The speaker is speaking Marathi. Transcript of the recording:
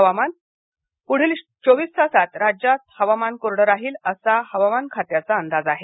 हवामान पुढील चोवीस तासात राज्यात हवामान कोरडं राहील असा हवामान खात्याचा अंदाज आहे